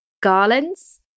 garlands